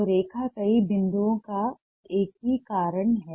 तो रेखा कई बिंदुओं का एकीकरण है